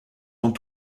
dans